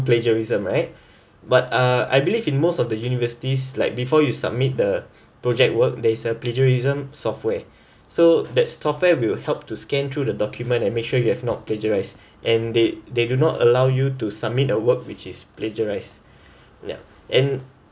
plagiarism right but uh I believe in most of the universities like before you submit the project work there's a plagiarism software so that software will help to scan through the document and make sure you have not plagiarised and they they do not allow you to submit a work which is plagiarised nah and